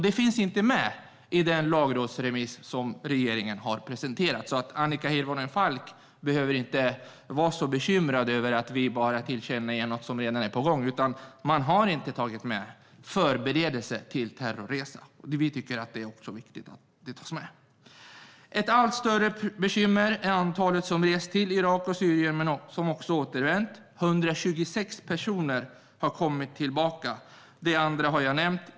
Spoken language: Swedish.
Det finns inte med i den lagrådsremiss som regeringen har presenterat. Annika Hirvonen Falk behöver alltså inte vara bekymrad över att vi bara tillkännager något som redan är på gång. Man har inte tagit med förberedelse för terrorresa. Vi tycker att det är viktigt att det tas med. Ett allt större bekymmer gäller antalet som rest till Irak och Syrien och som också har återvänt. 126 personer har kommit tillbaka. Det andra har jag nämnt.